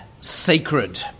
sacred